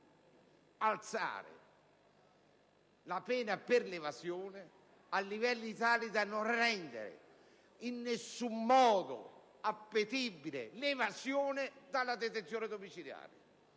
innalzare la pena per l'evasione a livelli tali da non rendere in alcun modo appetibile l'evasione dalla detenzione domiciliare,